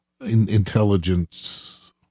intelligence